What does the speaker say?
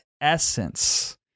essence